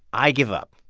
i give up.